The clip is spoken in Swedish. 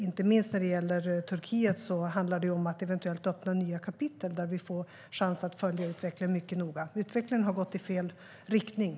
Inte minst när det gäller Turkiet handlar det om att eventuellt öppna nya kapitel där vi får chans att följa utvecklingen mycket noga. Utvecklingen har gått i fel riktning.